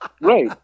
Right